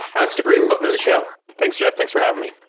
alex debrie, welcome to show. thanks, jeff. thanks for having me.